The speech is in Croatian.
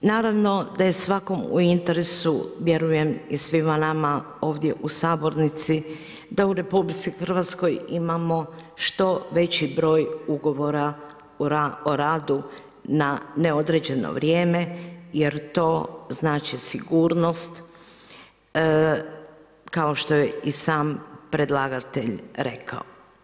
Naravno da je svakom u interesu vjerujem i svima nama ovdje u Sabornici da u RH imamo što veći broj ugovora o radu na neodređeno vrijeme, jer to znači sigurnost, kao što je i sam predlagatelj rekao.